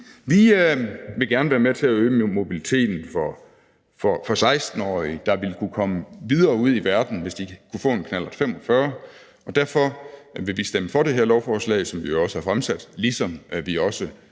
Vi vil gerne være med til at øge mobiliteten for 16-årige, der ville kunne komme videre ud i verden, hvis de kunne få en knallert 45, og derfor vil vi stemme for det her lovforslag, som vi jo også har fremsat, ligesom vi også